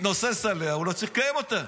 מתנוסס עליה, הוא לא צריך לקיים אותה.